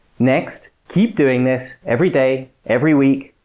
next, keep doing this, every day, every week,